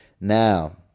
Now